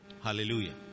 hallelujah